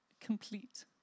complete